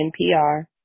NPR